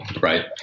Right